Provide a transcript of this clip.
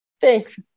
thanks